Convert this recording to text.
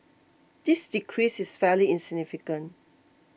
this decrease is fairly significant